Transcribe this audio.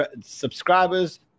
subscribers